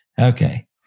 okay